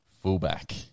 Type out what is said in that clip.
fullback